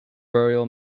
burial